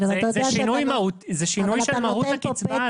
זה שינוי של מהות הקצבה.